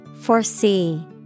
Foresee